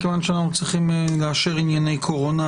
מכיוון שאנחנו צריכים לאשר ענייני קורונה,